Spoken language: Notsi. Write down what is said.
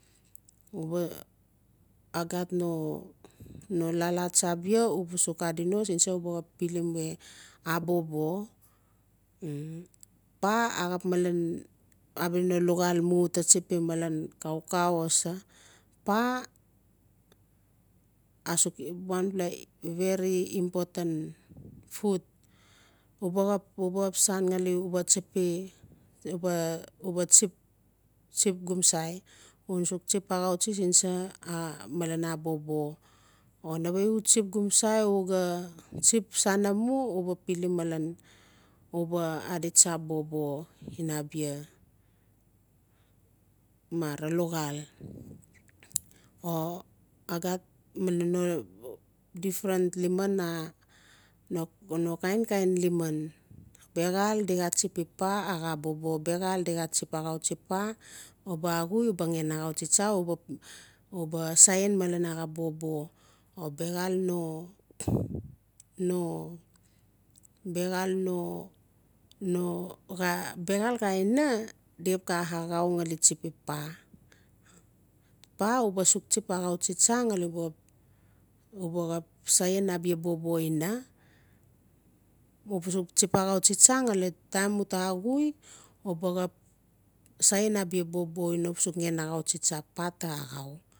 U b agat no lala tsabia uba suk adi no sin sa uba xap pilim we a bobo paa aap malen abala no luxaal mu uta tsipi malen xaukau o sa paa asuk wanpla very important food uba xap-ubaxap san ngali uba tsipi uba tsip tsip gomasai una suk tsi axautsi sin sa amalen abobo o nawe u tsip gomsai uga tsip sana mu u ba pilim malen u ba adi tsa bobo in abia mara luxaal o agat no idfferent liman a xhan no kain liman biaxal di xa tsipi paa a xaa bobo biaxal di xa tsip axautsi paa na axu uba ngen axautsi tsa uba saen male naxap bobo o biaxal no no biaxxal no xa biaxal no aina di xap xa axau ngali tsitsipi paa paa uba suk tsip axautsi tsa ngali uba xap saen abia bobo ina uba suk tsip axautsi tsa ngali taim uta axui uba xap saien abia bobo inaa uba suk ngen axautsi tsa paa ta axau